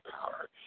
power